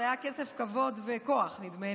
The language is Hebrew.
זה היה כסף, כבוד וכוח, נדמה לי.